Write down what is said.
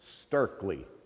starkly